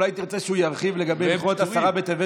אולי תרצה שהוא ירחיב לגבי עשרה בטבת,